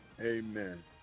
amen